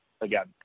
again